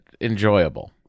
enjoyable